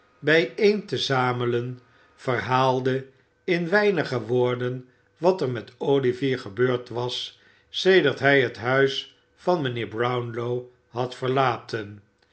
bijeen te zame en verhaalde in weinige woorden wat er met o ivier gebeurd was sedert hij het huis van mijnheer brownlow had verlaten